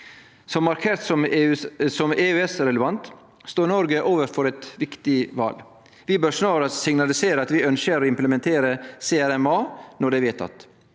markert som EØS-relevant står Noreg overfor eit viktig val: Vi bør snarast signalisere at vi ønskjer å implementere CRMA når det er vedteke.